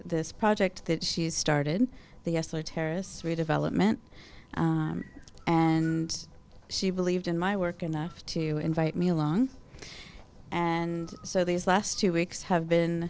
this project that she's started the terrorists redevelopment and she believed in my work enough to invite me along and so these last two weeks have been